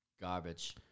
Garbage